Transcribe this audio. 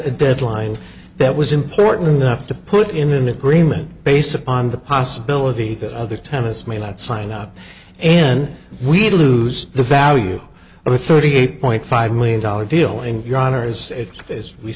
a deadline that was important enough to put him in agreement based upon the possibility that other tenants may let's sign up and we'd lose the value of a thirty eight point five million dollars deal and